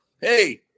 hey